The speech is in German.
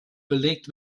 belegt